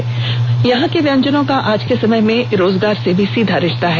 वहीं यहां के व्यंजनों का आज के समय में रोजगार से भी सीधा रिश्ता है